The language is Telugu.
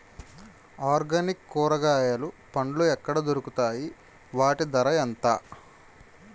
ఆర్గనిక్ కూరగాయలు పండ్లు ఎక్కడ దొరుకుతాయి? వాటి ధర ఎంత?